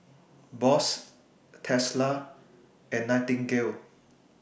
Bose Tesla and Nightingale